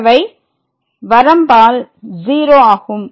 மற்றவை வரம்பால் 0 ஆகும்